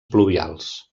pluvials